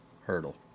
hurdle